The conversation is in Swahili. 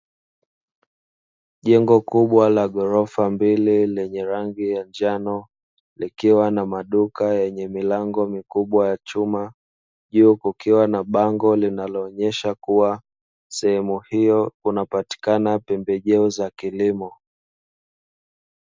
Jengo kubwa la ghorofa mbili lenye rangi ya njano, likiwa na maduka yenye milango mikubwa ya chuma, juu kukiwa na bango linaloonyesha kuwa sehemu hiyo unapatikana pembejeo za kilimo.